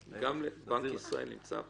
בנק ישראל נמצא פה?